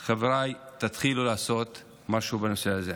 חבריי, תתחילו לעשות משהו בנושא הזה.